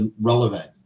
relevant